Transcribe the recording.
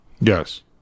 Yes